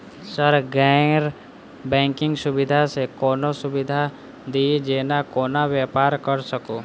Sir गैर banking सुविधा सँ कोनों सुविधा दिए जेना कोनो व्यापार करऽ सकु?